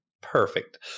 perfect